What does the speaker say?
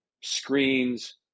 Screens